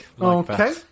Okay